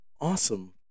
awesome